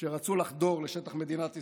שרצו לחדור לשטח מדינת ישראל,